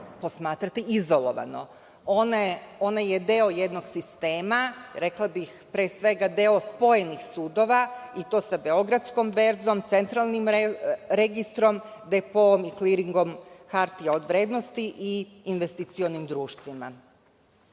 posmatrati izolovano. Ona je deo jednog sistema, rekla bih, pre svega, deo spojenih sudova i to sa Beogradskom berzom, Centralnim registrom, Depo kliringom hartija od vrednosti i investicionim